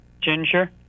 ginger